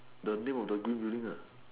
the name of the green building ah